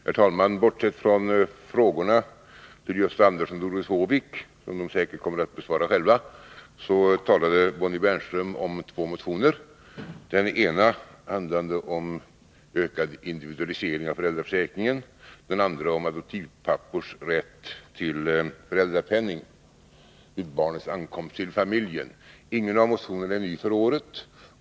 Herr talman! Bortsett från frågorna till Gösta Andersson och Doris Håvik, som de säkert kommer att besvara själva, talade Bonnie Bernström om två motioner: den ena handlande om ökad individualisering av föräldraförsäkringen och den andra om adoptivpappors rätt till föräldrapenning vid barnets ankomst till familjen. Ingen av motionerna är ny för året.